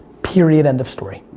period, end of story.